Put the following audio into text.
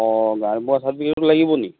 অঁ গাঁওবুঢ়াৰ চাৰ্ফিকেটতো লাগিব নেকি